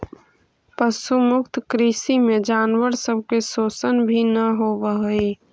पशु मुक्त कृषि में जानवर सब के शोषण भी न होब हई